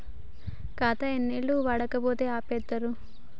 ఖాతా ఎన్ని ఏళ్లు వాడకపోతే ఆపేత్తరు?